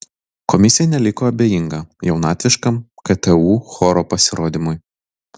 komisija neliko abejinga jaunatviškam ktu choro pasirodymui